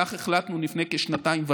כך החלטנו לפני כשנתיים וחצי.